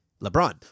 LeBron